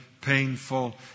painful